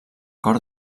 cor